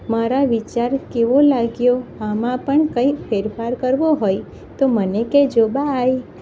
મારા વિચાર કેવો લાગ્યો આમાં પણ કંઈ ફેરફાર કરવો હોય તો મને કહેજો બાય